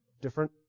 Different